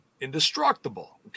indestructible